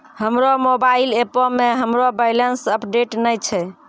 हमरो मोबाइल एपो मे हमरो बैलेंस अपडेट नै छै